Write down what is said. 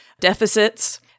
deficits